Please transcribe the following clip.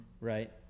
right